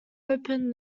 opened